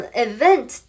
event